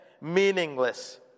meaningless